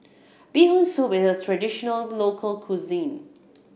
Bee Hoon Soup is a traditional local cuisine